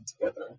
together